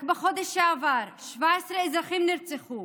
רק בחודש שעבר 17 אזרחים נרצחו,